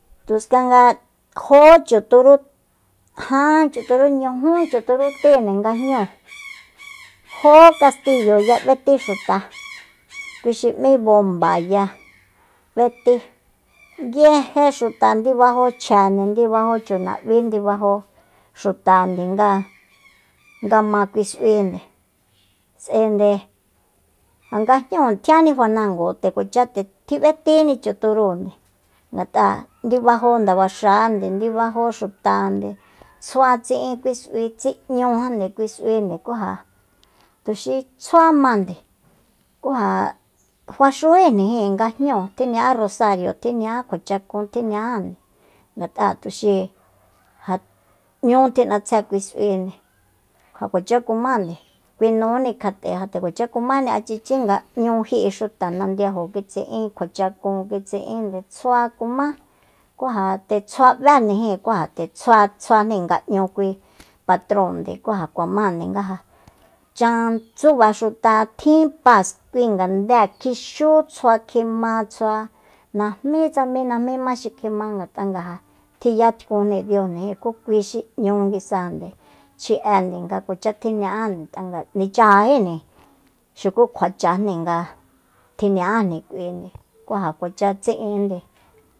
Tuskanga jó chuturú jan chuturú tíinde nga jñúu jó kastiyoya b'étí xuta kui xi m'í bombaya b'etí nguije xuta ndibajo chje ndibajó chunab'í ndibajo xuta nde nga- nga ma kui s'uinde s'aende nga jñúu tjianni fanango nde kuacha nde tjib'etíni chuturúunde ngat'a ndibajo ndabaxande ndibajo xutande tsjua tsi'in kui s'ui tsin'ñujande kui s'uinde ku ja tuxi tsjuámande ku ja faxújíjnijin nga jñúu tjiña'a rosario tjiña'a kjua chakun tjiñaánde ngat'a tuxi ja n'ñú tji'natsjé kui s'uinde ja kuacha kumáande kui nuúni kjat'e kuacha kuma achichi nga n'ñu ji'i xuta nandiajo kitsi'in kjua chakun kitsi'inde tsjua kumá ku ja nde tsjua b'éjnijin ku ja nde tsjua- tsjuajni nga n'ñu kui patróonde ku ja kuamande nga ja chan tsuba xuta tjin pas kui ngandée kjixú tsjua kjima tsjua najmí tsa mí najmíma xi kjima ngat'a ja tjiyatkunjni diujnijin ku kui xi n'ñu nguisajande chji'ende nga kuacha tjiña'ánde ngat'a nichajajíjni xuku kjuachájni nga tjiña'ájni k'uinde ku ja kuacha tsi'inde